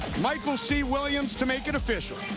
michael c. williams to make it official.